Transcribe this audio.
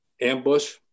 ambush